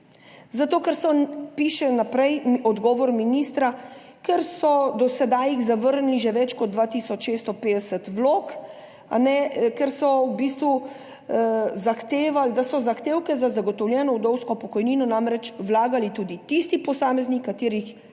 Zato, ker so, piše naprej v odgovoru ministra, do sedaj zavrnili že več kot 2 tisoč 650 vlog, ker so v bistvu zahtevali, da so zahtevke za zagotovljeno vdovsko pokojnino namreč vlagali tudi tisti posamezniki, katerih lastna